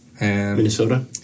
Minnesota